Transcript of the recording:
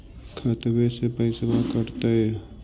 खतबे से पैसबा कटतय?